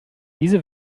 diese